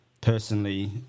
personally